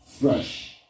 fresh